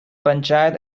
panchayat